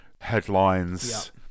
headlines